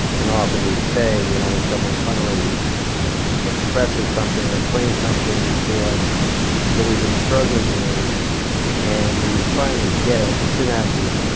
and often we say, you know when someone finally expresses something or explains something to us that we have been struggling with and we finally get it the synapses